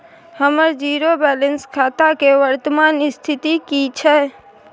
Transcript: हमर zero balance खाता के वर्तमान स्थिति की छै?